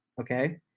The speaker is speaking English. Okay